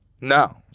No